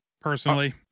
personally